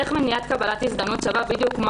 איך מניעת קבלת הזדמנות שווה בדיוק כמו